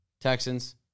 Texans